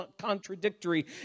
contradictory